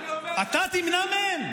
אתה תמנע מהם?